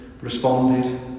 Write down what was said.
responded